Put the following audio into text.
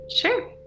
Sure